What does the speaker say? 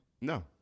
No